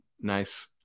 nice